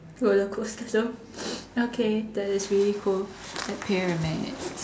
roller coasters so okay that is really cool a pyramid